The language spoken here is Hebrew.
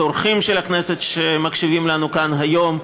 ואת האורחים של הכנסת שמקשיבים לנו כאן היום,